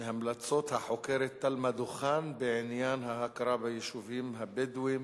מהמלצות החוקרת תלמה דוכן בעניין ההכרה ביישובים הבדואיים,